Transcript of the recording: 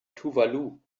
tuvalu